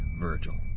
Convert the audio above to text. Virgil